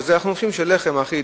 אנחנו חושבים שללחם אחיד,